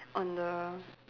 on the